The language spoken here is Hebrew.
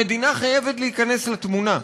המדינה חייבת להיכנס לתמונה,